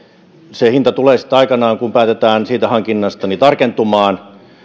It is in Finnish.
se hinta tulee sitten aikanaan kun hankinnasta päätetään tarkentumaan